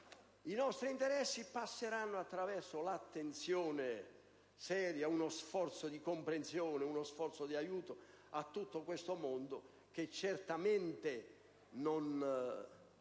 I nostri interessi passeranno attraverso un'attenzione seria e uno sforzo di comprensione e di aiuto a tutto questo mondo che certamente non